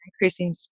increasing